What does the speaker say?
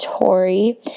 Tory